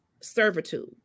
servitude